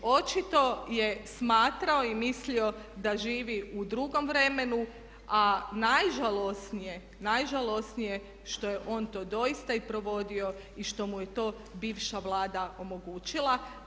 Očito je smatrao i mislio da živi u drugom vremenu, a najžalosnije je što je on to doista i provodio i što mu je to bivša Vlada omogućila.